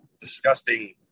disgusting